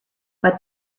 but